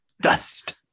Dust